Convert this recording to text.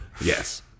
Yes